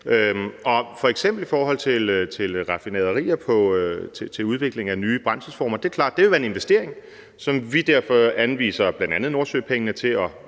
f.eks. raffinaderier til udvikling af nye brændselsformer, så er det klart, at det vil være en investering, som vi derfor anviser bl.a. nordsøpengene til,